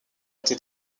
été